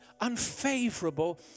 unfavorable